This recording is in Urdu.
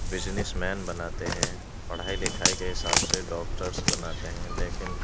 بزنس مین بناتے ہیں پڑھائی لکھائی کے حساب سے ڈاکٹرس بناتے ہیں لیکن